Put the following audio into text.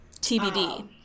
TBD